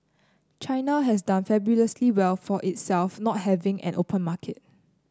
China has done fabulously well for itself not having an open market